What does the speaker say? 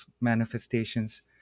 manifestations